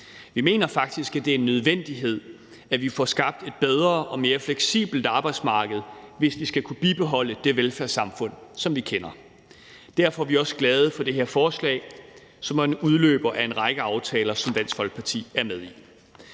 Vi mener faktisk, at det er en nødvendighed, at vi får skabt et bedre og mere fleksibelt arbejdsmarked, hvis vi skal kunne bibeholde det velfærdssamfund, som vi kender. Derfor er vi også glade for det her forslag, som er en udløber af en række aftaler, som Dansk Folkeparti er med i.